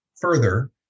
further